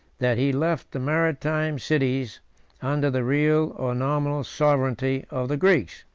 that he left the maritime cities under the real or nominal sovereignty of the greeks.